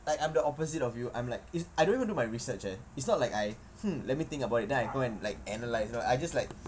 I I'm the opposite of you I'm like it's I don't even do my research leh it's not like I hmm let me think about it then I go and like analyze you know I just like